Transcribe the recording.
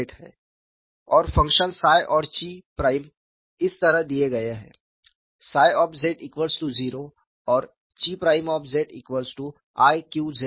और फ़ंक्शन 𝜳 और 𝛘 इस तरह दिए गए हैं 𝜳0 और 𝛘 iqz है